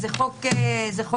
זה חוק חשוב.